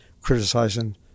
criticizing